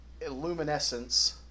illuminescence